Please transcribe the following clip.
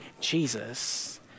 Jesus